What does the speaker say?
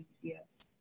Yes